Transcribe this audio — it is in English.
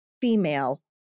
female